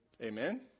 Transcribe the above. Amen